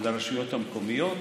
לרשויות המקומיות.